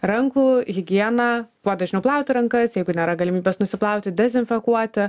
rankų higiena kuo dažniau plauti rankas jeigu nėra galimybės nusiplauti dezinfekuoti